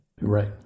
Right